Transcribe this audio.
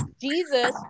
Jesus